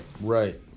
right